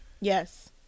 Yes